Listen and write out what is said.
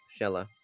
Shella